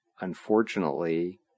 unfortunately